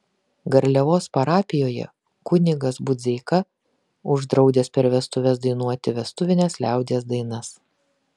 garliavos parapijoje kunigas budzeika uždraudęs per vestuves dainuoti vestuvines liaudies dainas